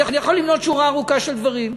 אני יכול למנות שורה ארוכה של דברים.